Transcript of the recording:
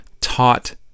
taught